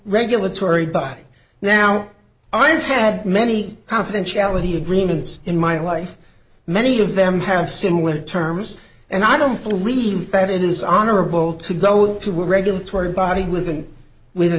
regulatory by now i've had many confidentiality agreements in my life many of them have similar terms and i don't believe that it is honorable to go to a regulatory body with an with an